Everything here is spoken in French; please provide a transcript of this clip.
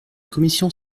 commission